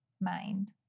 mind